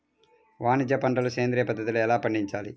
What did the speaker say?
వాణిజ్య పంటలు సేంద్రియ పద్ధతిలో ఎలా పండించాలి?